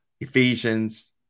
Ephesians